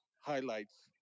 highlights